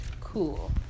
cool